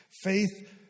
Faith